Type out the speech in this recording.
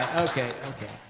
okay, okay.